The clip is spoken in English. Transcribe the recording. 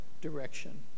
direction